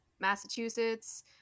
Massachusetts